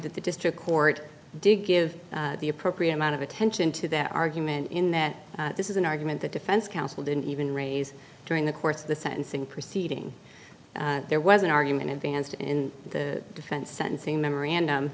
that the district court did give the appropriate amount of attention to that argument in that this is an argument the defense counsel didn't even raise during the course of the sentencing proceeding there was an argument advanced in the defense sentencing memorandum